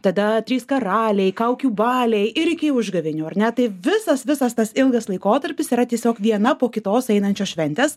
tada trys karaliai kaukių baliai ir iki užgavėnių ar ne tai visas visas tas ilgas laikotarpis yra tiesiog viena po kitos einančios šventės